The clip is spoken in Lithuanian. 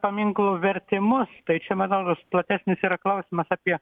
paminklų vertimus tai čia manau platesnis yra klausimas apie